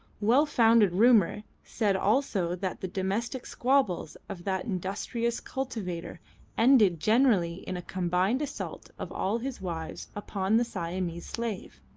well-founded rumour said also that the domestic squabbles of that industrious cultivator ended generally in a combined assault of all his wives upon the siamese slave.